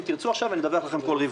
אם תרצו עכשיו, אני אדווח לכם כל רבעון.